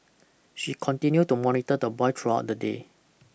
she continue to monitor the boy throughout the day